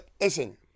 listen